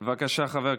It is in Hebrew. אחד שאי-אפשר לדבר עליו?